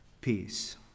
peace